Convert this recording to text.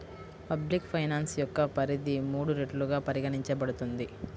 public finance యొక్క పరిధి మూడు రెట్లుగా పరిగణించబడుతుంది